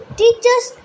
teachers